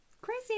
crazy